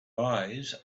eyes